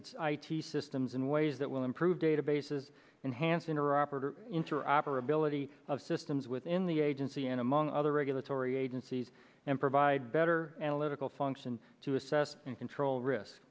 its i t systems in ways that will improve databases and hansen or operator interoperability of systems within the agency and among other regulatory agencies and provide better analytical function to assess and control risk